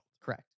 Correct